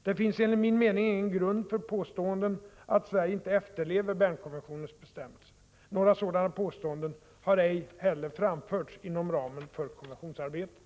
Det finns enligt min mening ingen grund för påståenden att Sverige inte efterlever Bernkonventionens bestämmelser. Några sådana påståenden har ej heller framförts inom ramen för konventionsarbetet.